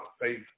faith